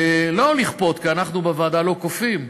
לא לכפות, כי אנחנו בוועדה לא כופים,